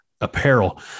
apparel